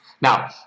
Now